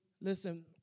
Listen